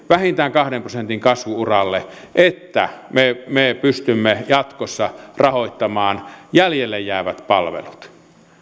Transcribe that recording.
vähintään kahden prosentin kasvu uralle että me me pystymme jatkossa rahoittamaan jäljelle jäävät palvelut